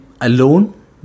alone